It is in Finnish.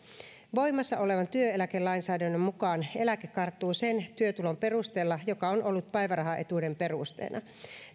voimassa olevan työeläkelainsäädännön mukaan eläke karttuu sen työtulon perusteella joka on ollut päivärahaetuuden perusteena